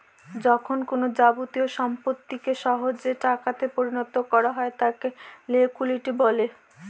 যখন কোনো যাবতীয় সম্পত্তিকে সহজে টাকাতে পরিণত করা যায় তাকে লিকুইডিটি বলে